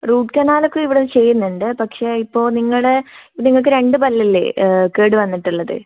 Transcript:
root canal ഒക്കെ ഇവിടെ ചെയ്യുന്നുണ്ട് പക്ഷേ ഇപ്പോൾ നിങ്ങളുടെ നിങ്ങൾക്ക് രണ്ടു പല്ലല്ലേ കേടുവന്നിട്ടുള്ളത്